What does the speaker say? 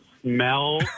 smell